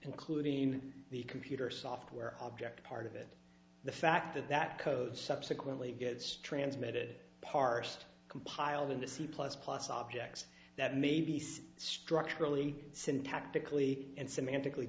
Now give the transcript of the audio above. including the computer software object part of it the fact that that code subsequently gets transmitted parsed compiled into c plus plus objects that may be so structurally syntactically and semantic